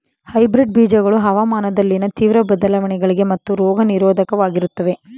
hybrid ಬೀಜಗಳು ಹವಾಮಾನದಲ್ಲಿನ ತೀವ್ರ ಬದಲಾವಣೆಗಳಿಗೆ ಮತ್ತು ರೋಗ ನಿರೋಧಕವಾಗಿರುತ್ತವೆ